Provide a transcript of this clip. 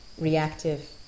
reactive